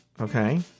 okay